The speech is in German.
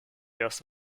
erste